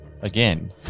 again